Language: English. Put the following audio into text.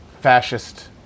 fascist